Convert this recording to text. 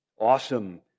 Awesome